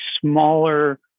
smaller